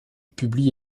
publie